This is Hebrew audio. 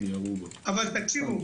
אבל תקשיבו,